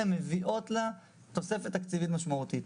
מביאות לה תוספת תקציבית משמעותית.